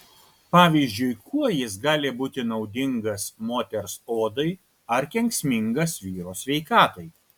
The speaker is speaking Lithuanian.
pavyzdžiui kuo jis gali būti naudingas moters odai ar kenksmingas vyro sveikatai